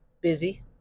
busy